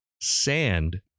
sand